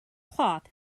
cloth